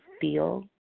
feel